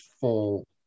full